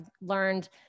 learned